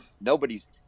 nobody's